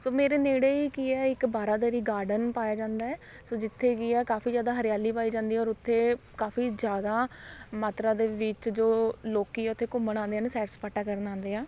ਸੋ ਮੇਰੇ ਨੇੜੇ ਹੀ ਕੀ ਹੈ ਇੱਕ ਬਾਰਾਦਰੀ ਗਾਰਡਨ ਪਾਇਆ ਜਾਂਦਾ ਹੈ ਸੋ ਜਿੱਥੇ ਕੀ ਆ ਕਾਫੀ ਜ਼ਿਆਦਾ ਹਰਿਆਲੀ ਪਾਈ ਜਾਂਦੀ ਔਰ ਉੱਥੇ ਕਾਫੀ ਜ਼ਿਆਦਾ ਮਾਤਰਾ ਦੇ ਵਿੱਚ ਜੋ ਲੋਕ ਉੱਥੇ ਘੁੰਮਣ ਆਉਂਦੇ ਹਨ ਸੈਰ ਸਪਾਟਾ ਕਰਨ ਆਉਂਦੇ ਆ